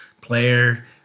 player